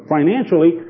Financially